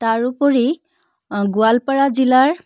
তাৰোপৰি গোৱালপাৰা জিলাৰ